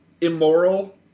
immoral